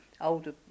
older